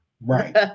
Right